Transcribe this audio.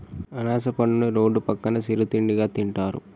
అనాస పండుని రోడ్డు పక్కన సిరు తిండిగా తింటారు